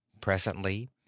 Presently